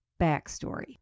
backstory